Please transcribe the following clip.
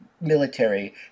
military